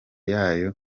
yayo